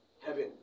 heaven